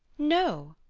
no,